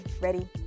ready